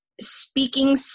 speaking